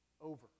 over